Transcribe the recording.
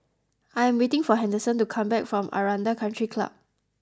I am waiting for Henderson to come back from Aranda Country Club